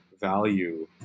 value